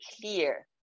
clear